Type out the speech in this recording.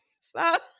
stop